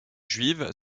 juive